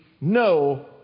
no